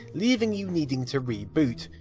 leaving you needing to reboot,